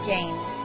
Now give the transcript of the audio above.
James